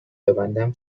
ببندم